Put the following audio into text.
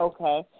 Okay